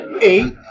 Eight